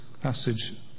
passage